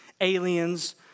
aliens